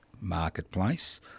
marketplace